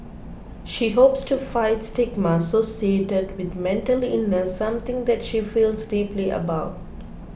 she hopes to fight stigma associated with mental illness something that she feels deeply about